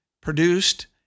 produced